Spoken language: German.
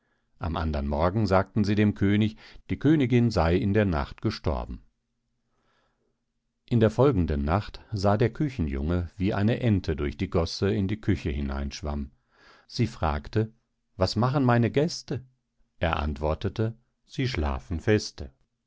am andern morgen sagten sie dem könig die königin sey in der nacht gestorben in der folgenden nacht sah der küchenjunge wie eine ente durch die gosse in die küche hineinschwamm sie fragte was machen meine gäste er antwortete sie schlafen feste